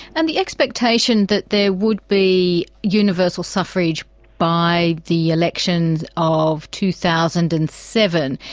and the expectation that there would be universal suffrage by the election of two thousand and seven,